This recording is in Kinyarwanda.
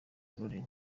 aurore